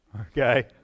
okay